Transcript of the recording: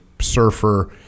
surfer